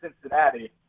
Cincinnati